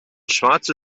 schwarze